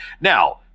Now